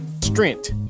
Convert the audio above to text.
Strength